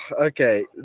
Okay